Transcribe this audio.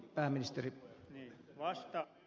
arvoisa puhemies